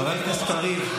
חבר הכנסת קריב,